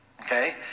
Okay